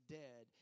dead